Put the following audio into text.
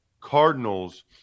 Cardinals